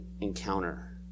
encounter